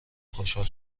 خوشحال